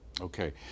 Okay